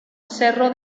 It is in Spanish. cerro